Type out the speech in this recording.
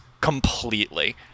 completely